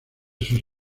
sus